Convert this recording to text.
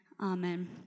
Amen